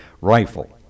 Rifle